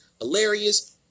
hilarious